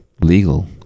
legal